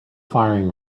firing